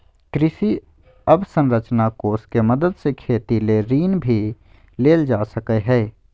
कृषि अवसरंचना कोष के मदद से खेती ले ऋण भी लेल जा सकय हय